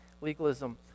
legalism